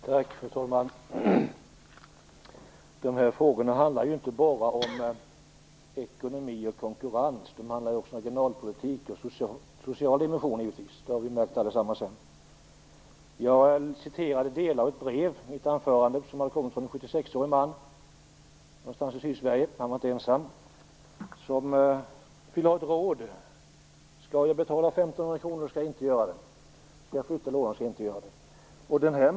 Fru talman! De här frågorna handlar inte bara om ekonomi och konkurrens. De handlar även om regionalpolitik, och givetvis har de dessutom en social dimension. Det har vi märkt allesammans. Jag läste upp delar av ett brev i mitt anförande från en 76-årig man någonstans i Sydsverige. Han var inte ensam om att vilja ha ett råd. Han frågade: Skall jag betala 1 500 kr eller inte? Skall jag flytta brevlådan eller inte?